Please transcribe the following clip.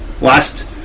last